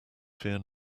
fear